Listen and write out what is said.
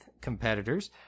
competitors